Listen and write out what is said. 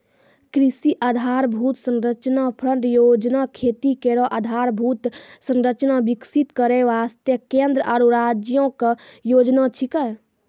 कृषि आधारभूत संरचना फंड योजना खेती केरो आधारभूत संरचना विकसित करै वास्ते केंद्र आरु राज्यो क योजना छिकै